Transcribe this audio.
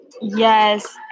Yes